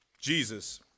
Jesus